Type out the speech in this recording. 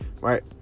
right